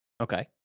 Okay